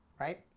Right